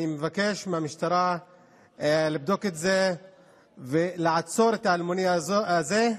אני מבקש מהמשטרה לבדוק את זה ולעצור את האלמוני הזה,